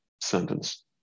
sentence